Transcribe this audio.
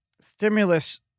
stimulus